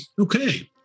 okay